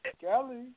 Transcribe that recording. Kelly